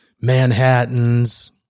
Manhattans